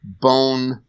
bone